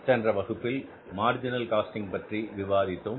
சென்ற வகுப்பில் marginal costing பற்றி விவாதித்தோம்